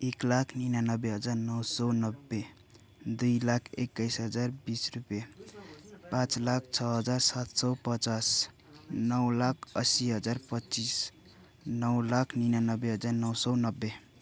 एक लाख निनानब्बे हजार नौ सय नब्बे दुई लाख एकाइस हजार बिस रुपियाँ पाँच लाख छ हजार सात सय पचास नौ लाख अस्सी हजार पच्चिस नौ लाख निनानब्बे हजार नौ सय नब्बे